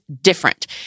different